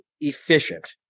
efficient